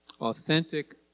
Authentic